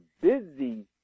busy